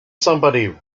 somebody